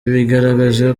bigaragaje